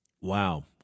Wow